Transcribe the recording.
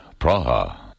Praha